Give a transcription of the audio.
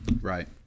right